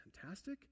fantastic